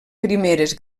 primeres